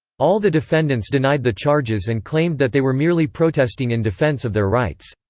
all the defendants denied the charges and claimed that they were merely protesting in defence of their rights.